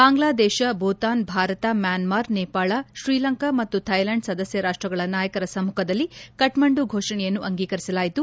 Bangladesh Bhutan Bharat Myanmar Nepal Sri Lanka ಮತ್ತು Thailand ಸದಸ್ತ ರಾಷ್ವಗಳ ನಾಯಕರ ಸಮ್ಮುಖದಲ್ಲಿ ಕಠ್ಠಂಡು ಘೋಷಣೆಯನ್ನು ಅಂಗೀಕರಿಸಲಾಯಿತು